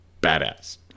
Badass